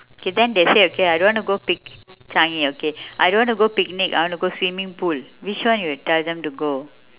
okay then they say okay I don't want to go pic~ changi okay I don't want to go picnic I want to go swimming pool which one you tell them to go